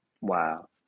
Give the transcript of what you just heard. Wow